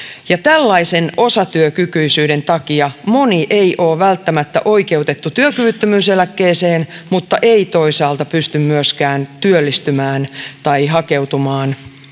tällaisen osatyökykyisyyden takia moni ei ole välttämättä oikeutettu työkyvyttömyyseläkkeeseen mutta ei toisaalta pysty myöskään työllistymään tai hakeutumaan